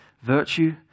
virtue